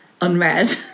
unread